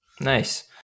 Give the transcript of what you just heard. Nice